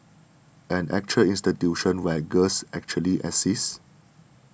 an actual institution where girls actually exist